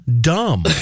dumb